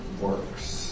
works